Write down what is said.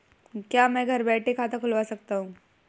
क्या मैं घर बैठे खाता खुलवा सकता हूँ?